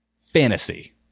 fantasy